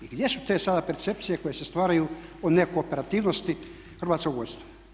I gdje su te sada percepcije koje se stvaraju u nekooperativnosti hrvatskog vodstva?